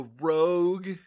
rogue